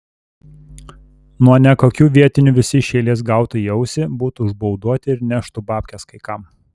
nuo nekokių vietinių visi iš eilės gautų į ausį būtų užbauduoti ir neštų babkes kai kam